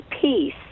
peace